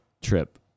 trip